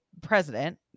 president